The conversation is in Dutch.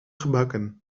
gebakken